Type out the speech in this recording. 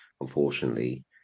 unfortunately